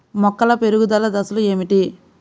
మొక్కల పెరుగుదల దశలు ఏమిటి?